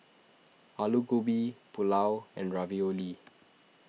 Alu Gobi Pulao and Ravioli